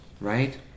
right